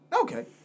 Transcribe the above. Okay